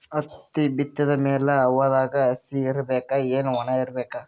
ಹತ್ತಿ ಬಿತ್ತದ ಮ್ಯಾಲ ಹವಾದಾಗ ಹಸಿ ಇರಬೇಕಾ, ಏನ್ ಒಣಇರಬೇಕ?